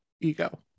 ego